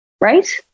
Right